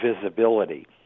visibility